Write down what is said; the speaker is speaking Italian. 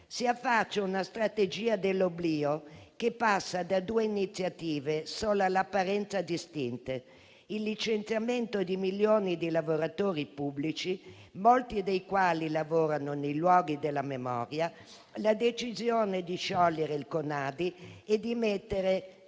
Si affaccia una strategia dell'oblio che passa da due iniziative solo all'apparenza distinte: il licenziamento di milioni di lavoratori pubblici, molti dei quali lavorano nei luoghi della memoria e la decisione di sciogliere il CoNaDi e, quindi, di mettere